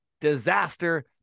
disaster